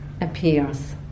appears